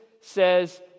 says